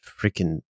freaking